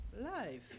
life